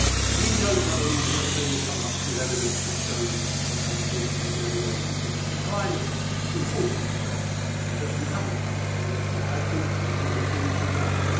we don't know whether they will come up with evidence that shows that andy coulson was in any way complicit in crime. and it's important to say that that we haven't found that evidence and that as things stand, he's an innocent man.